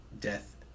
death